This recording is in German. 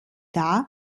dar